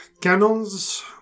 cannons